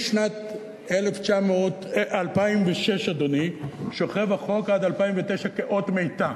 משנת 2006 עד 2009 החוק שוכב כאות מתה.